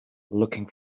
looking